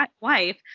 wife